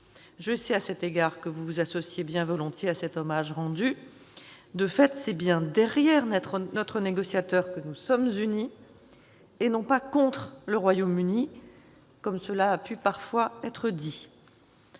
Je sais, à cet égard, que vous vous associez bien volontiers à cet hommage. De fait, c'est bien derrière notre négociateur que nous sommes unis, et non pas contre le Royaume-Uni, comme cela a pu parfois être dit